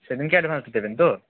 সেই দিনকে অ্যাডভান্স দেবেন তো